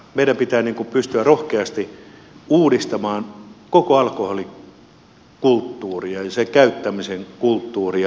meidän pitää pystyä rohkeasti uudistamaan koko alkoholikulttuuria ja alkoholin käyttämisen kulttuuria